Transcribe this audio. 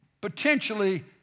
potentially